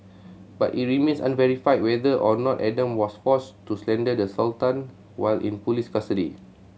but it remains unverified whether or not Adam was forced to slander the Sultan while in police custody